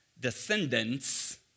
descendants